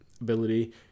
ability